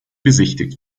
besichtigt